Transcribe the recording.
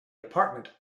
department